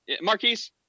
Marquise